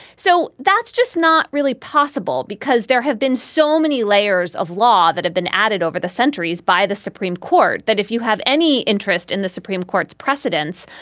so that's just not really possible because there have been so many layers of law that have been added over the centuries by the supreme court that if you have any interest in the supreme court's precedents,